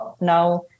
now